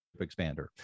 expander